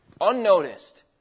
unnoticed